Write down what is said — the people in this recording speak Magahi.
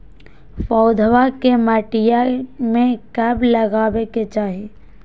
पौधवा के मटिया में कब लगाबे के चाही?